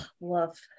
Love